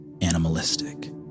animalistic